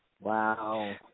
wow